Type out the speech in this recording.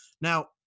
now